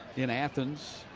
in athens.